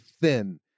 thin